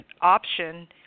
option